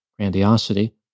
Grandiosity